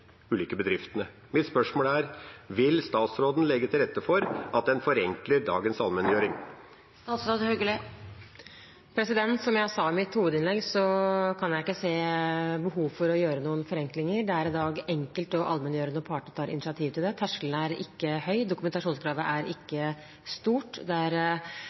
ulike bedriftene. Mitt spørsmål er: Vil statsråden legge til rette for at en forenkler dagens allmenngjøring? Som jeg sa i mitt hovedinnlegg, kan jeg ikke se behov for å gjøre noen forenklinger. Det er i dag enkelt å allmenngjøre når partene tar initiativ til det – terskelen er ikke høy, dokumentasjonskravet er ikke stort. Det er